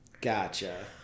Gotcha